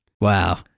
Wow